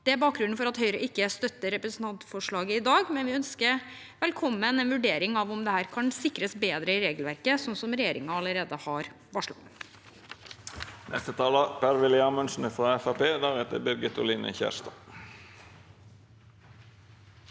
Det er bakgrunnen for at Høyre ikke støtter representantforslaget i dag, men vi ønsker velkommen en vurdering av om dette kan sikres bedre i regelverket, som regjeringen allerede har varslet.